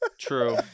True